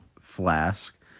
Flask